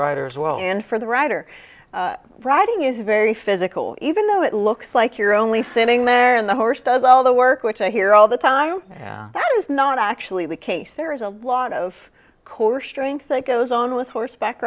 riders well and for the rider riding is very physical even though it looks like you're only sitting there on the horse does all the work which i hear all the time that is not actually the case there is a lot of course strength that goes on with horseback